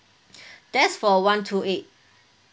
that's for one two eight